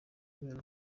kubera